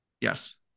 Yes